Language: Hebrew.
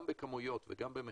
גם בכמויות וגם מחירים.